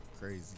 Crazy